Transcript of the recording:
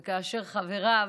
וחבריו,